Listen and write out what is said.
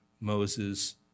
Moses